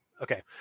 Okay